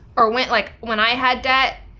or went, like when i had debt,